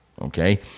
Okay